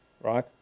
right